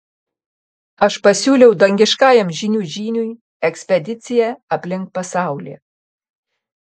aš pasiūliau dangiškajam žynių žyniui ekspediciją aplink pasaulį